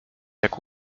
jak